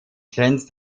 grenzt